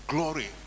Glory